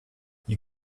you